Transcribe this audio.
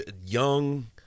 young